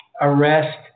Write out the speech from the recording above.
arrest